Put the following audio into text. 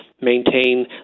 maintain